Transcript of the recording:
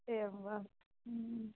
एवं वा